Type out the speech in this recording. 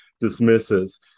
dismisses